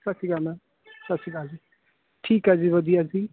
ਸਤੀ ਸ਼੍ਰੀ ਅਕਾਲ ਮੈਮ ਸਤੀ ਸ਼੍ਰੀ ਅਕਾਲ ਜੀ ਠੀਕ ਹੈ ਜੀ ਵਧੀਆ ਜੀ